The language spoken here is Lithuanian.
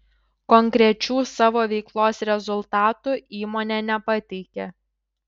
konkrečių savo veiklos rezultatų įmonė nepateikė